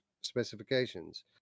specifications